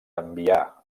enviar